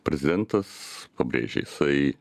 prezidentas pabrėžė jisai